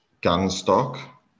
Gunstock